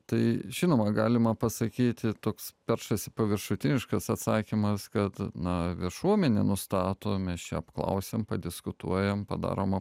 tai žinoma galima pasakyti toks peršasi paviršutiniškas atsakymas kad na viešuomenė nustato mes ją apklausiam padiskutuojam padaroma